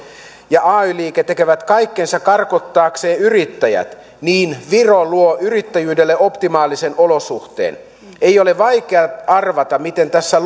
ja ay liike tekevät kaikkensa karkottaakseen yrittäjät niin viro luo yrittäjyydelle optimaalisen olosuhteen ei ole vaikea arvata miten tässä